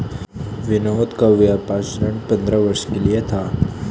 विनोद का व्यापार ऋण पंद्रह वर्ष के लिए था